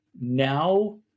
now